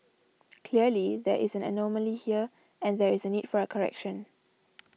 clearly there is an anomaly here and there is a need for a correction